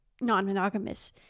non-monogamous